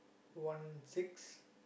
one six